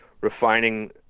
refining